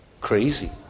crazy